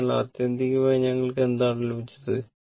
അതിനാൽ ആത്യന്തികമായി ഞങ്ങൾക്ക് എന്താണ് ലഭിച്ചത്